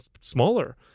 smaller